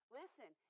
listen